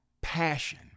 passion